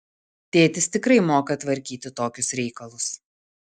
tėtis tikrai moka tvarkyti tokius reikalus